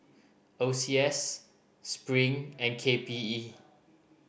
O C S Spring and K P E